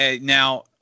now